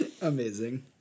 Amazing